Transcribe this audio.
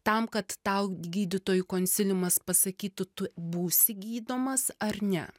tam kad tau gydytojų konsiliumas pasakytų tu būsi gydomas ar ne